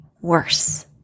worse